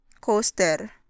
Coaster